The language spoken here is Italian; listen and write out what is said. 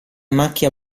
macchia